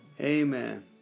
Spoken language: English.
Amen